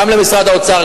גם למשרד האוצר,